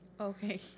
Okay